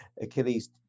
Achilles